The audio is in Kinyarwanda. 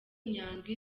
nyandwi